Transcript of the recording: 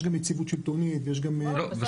יש גם יציבות שלטונית --- בסדר,